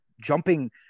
jumping